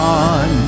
on